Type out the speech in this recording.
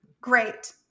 great